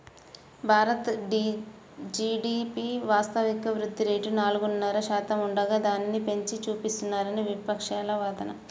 Bharat GDP వాస్తవిక వృద్ధి rate నాలుగున్నర శాతం ఉండగా దానిని పెంచి చూపిస్తున్నారని విపక్షాల వాదన